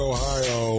Ohio